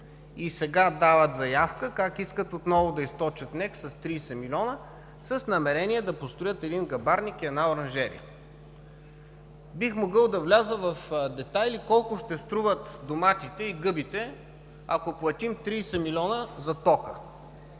и сега дават заявка как искат отново да източват НЕК с 30 милиона, с намерение да построят един гъбарник и една оранжерия. Бих могъл да вляза в детайли колко ще струват доматите и гъбите, ако платим 30 милиона за ток.